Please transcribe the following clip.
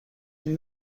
آیا